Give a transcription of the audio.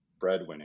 breadwinning